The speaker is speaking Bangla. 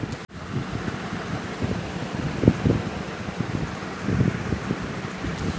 চাষের পর জমিতে থাকা ছোট শস্য গুলিকে কাটার জন্য মোয়ার যন্ত্র ব্যবহার করা হয়